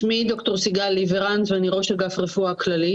שמי ד"ר סיגל ליברנט ואני ראש אגף רפואה כללית.